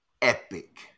Epic